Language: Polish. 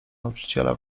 nauczyciela